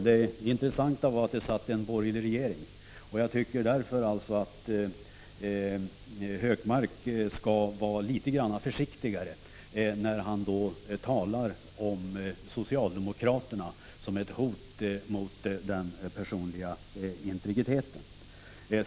Det intressanta är att det då satt en borgerlig regering. Jag tycker därför att Gunnar Hökmark skall vara litet försiktigare när han talar om socialdemokraterna som ett hot mot den personliga integriteten.